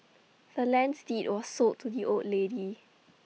the land's deed was sold to the old lady